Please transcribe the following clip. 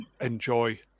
enjoy